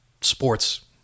sports